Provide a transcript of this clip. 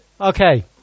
Okay